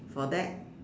for that